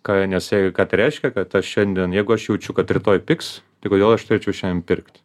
ką nes jei ką tai reiškia kad aš šiandien jeigu aš jaučiu kad rytoj pigs tai kodėl aš turėčiau šiandien pirkt